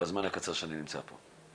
בזמן הקצר שאני נמצא פה.